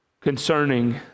concerning